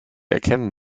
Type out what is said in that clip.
erkennen